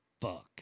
fuck